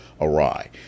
awry